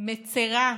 מצירה